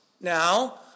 now